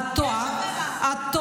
את טועה.